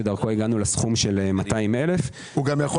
שדרכו הגענו לסכום של 200,000. הוא גם יכול